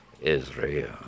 Israel